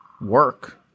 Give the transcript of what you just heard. work